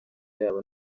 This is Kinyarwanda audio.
yabo